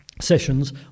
sessions